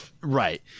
Right